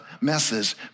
messes